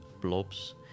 blobs